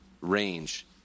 range